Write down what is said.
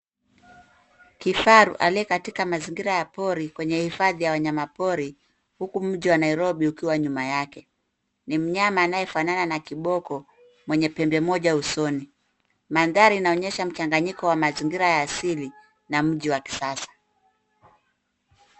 Kifaru aliyekatika mazingira ya pori kwenye hifadhi ya wanyama pori huku mji wa Nairobi ukiwa nyuma yake. Ni mnyama anayefanana na kiboko mwenye pembe moja usoni. Mandhari inaonyesha mchanganyiko wa mazingira ya asili na mji wa kisasa.